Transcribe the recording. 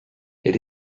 elle